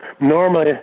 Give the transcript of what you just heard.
Normally